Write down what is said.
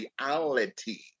reality